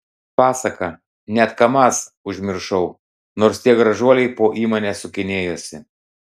pasaka net kamaz užmiršau nors tie gražuoliai po įmonę sukinėjosi